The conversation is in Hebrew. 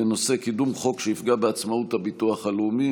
בנושא: קידום חוק שיפגע בעצמאות הביטוח הלאומי.